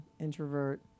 introvert